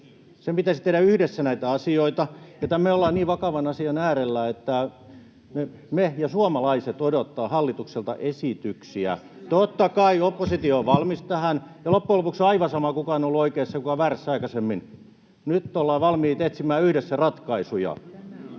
sen pitäisi tehdä yhdessä näitä asioita. Me ollaan niin vakavan asian äärellä, että me ja suomalaiset odotamme hallitukselta esityksiä. [Välihuutoja sosiaalidemokraattien ryhmästä] Totta kai oppositio on valmis tähän, ja loppujen lopuksi on aivan sama, kuka on ollut oikeassa ja kuka väärässä aikaisemmin. Nyt ollaan valmiita etsimään yhdessä ratkaisuja,